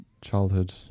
childhood